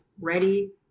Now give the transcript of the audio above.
ready